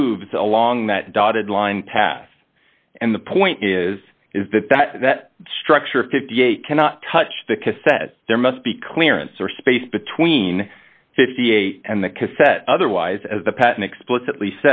moves along that dotted line path and the point is is that that that structure fifty eight cannot touch the cassette there must be clearance or space between fifty eight and the cassette otherwise as the patent explicitly